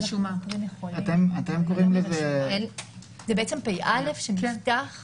זה בעצם פ"א שנפתח.